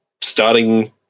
starting